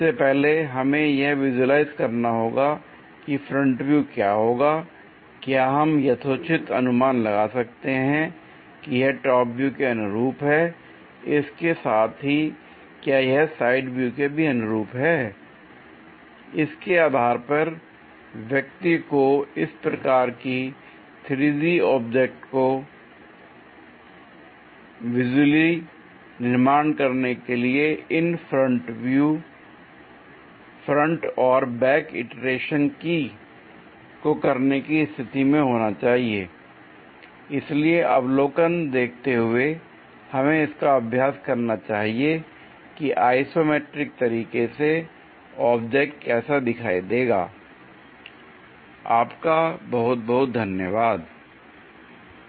सबसे पहले हमें यह विजुलाइज करना होगा की फ्रंट व्यू क्या होगा l क्या हम यथोचित अनुमान लगा सकते हैं की यह टॉप व्यू के अनुरूप है इसके साथ ही क्या यह साइड व्यू के भी अनुरूप है l इसके आधार पर व्यक्ति को इस प्रकार की 3D ऑब्जेक्ट को विजुअली निर्माण करने के लिए इन फ्रंट और बैक इटरेशन को करने की स्थिति में होना चाहिए l इसलिए अवलोकन देखते हुए हमें इसका अभ्यास करना चाहिए की आइसोमेट्रिक तरीके से ऑब्जेक्ट कैसा दिखाई देगा l आपका बहुत बहुत धन्यवाद l